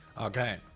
Okay